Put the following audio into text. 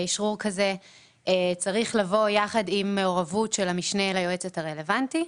אשרור כזה צריך לבוא יחד עם מעורבות של המשנה ליועצת הרלוונטית.